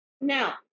Now